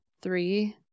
three